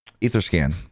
EtherScan